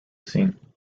scene